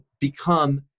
become